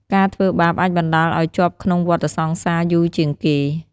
ការធ្វើបាបអាចបណ្តាលឲ្យជាប់ក្នុងវដ្តសង្សារ យូរជាងគេ។